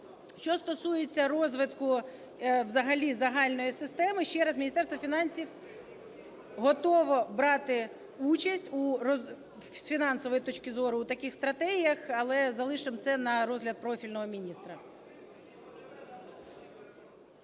Що стосується розвитку взагалі загальної системи. Ще раз, Міністерство фінансів готове брати участь з фінансової точки зору в таких стратегіях, але залишимо це на розгляд профільного міністра.